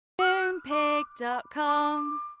Moonpig.com